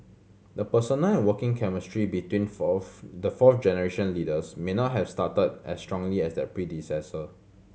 the personal and working chemistry between fourth the fourth generation leaders may not have started as strongly their predecessor